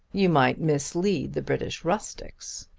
you might mislead the british rustics.